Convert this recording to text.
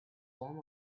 form